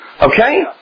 Okay